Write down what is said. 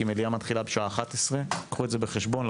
כי המליאה מתחילה בשעה 11:00. קחו את זה בחשבון.